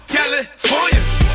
California